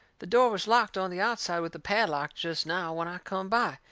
the door was locked on the outside with a padlock jest now when i come by.